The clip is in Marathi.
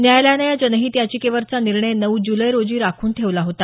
न्यायालयानं या जनहित याचिकेवरचा निर्णय नऊ जुलै रोजी राखून ठेवला होता